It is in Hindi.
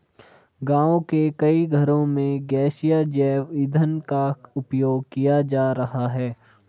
गाँव के कई घरों में गैसीय जैव ईंधन का उपयोग किया जा रहा है